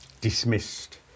dismissed